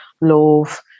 love